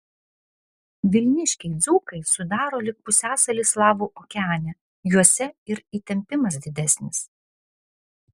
vilniškiai dzūkai sudaro lyg pusiasalį slavų okeane juose ir įtempimas didesnis